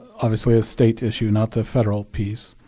obviously a state issue, not the federal piece.